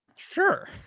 sure